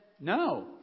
no